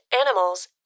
animals